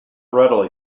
readily